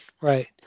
right